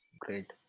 Great